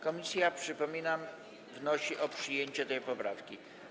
Komisja, przypominam, wnosi o przyjęcie tej poprawki.